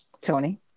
Tony